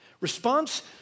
Response